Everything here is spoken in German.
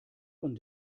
von